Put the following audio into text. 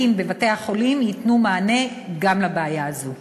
בבתי-החולים ייתנו מענה גם על הבעיה הזאת.